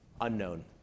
unknown